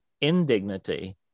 indignity